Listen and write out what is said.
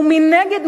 ומנגד,